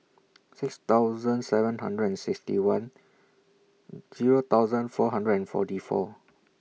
six thousand seven hundred and sixty one Zero thousand four hundred and forty four